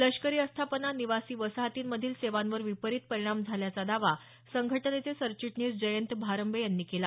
लष्करी आस्थापना निवासी वसाहतींमधील सेवांवर विपरीत परिणाम झाल्याचा दावा संघटनेचे सरचिटणीस जयंत भारंबे यांनी केला